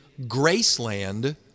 Graceland